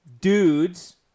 dudes